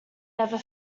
never